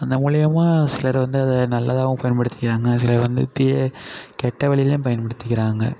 அந்த மூலிமா சிலர் வந்து அதை நல்லதாகவும் பயன்படுத்திக்கிறாங்க சிலர் வந்து தீய கெட்ட வழிலையும் பயன்படுத்திக்கிறாங்க